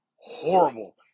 horrible